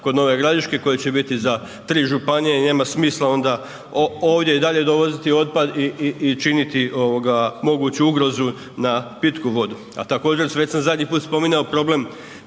kod Nove Gradiške koje će biti za 3 županije i nema smisla onda ovdje i dalje dovoziti otpad i činiti moguću ugrozu na pitku vodu. A također, već sam zadnji put spominjao, problem